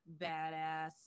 badass